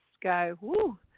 go